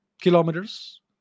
kilometers